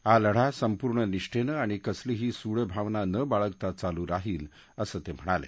हा लढा संपूर्ण निष्ठेनं आणि कसलीही सूडभावना न बाळगता चालू राहील असं ते म्हणाले